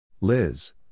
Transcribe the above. Liz